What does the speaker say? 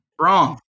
wrong